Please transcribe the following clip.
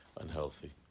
unhealthy